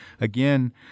again